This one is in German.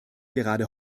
gerade